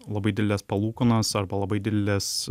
labai didelės palūkanos arba labai didelės